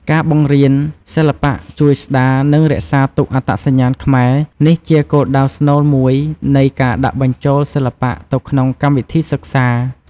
ការបង្រៀនសិល្បៈជួយស្តារ និងរក្សាទុកអត្តសញ្ញាណខ្មែរ នេះជាគោលដៅស្នូលមួយនៃការដាក់បញ្ចូលសិល្បៈទៅក្នុងកម្មវិធីសិក្សា។